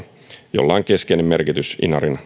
on keskeinen merkitys inarin koltan ja